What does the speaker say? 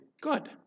good